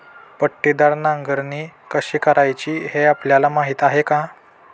पट्टीदार नांगरणी कशी करायची हे आपल्याला माहीत आहे का?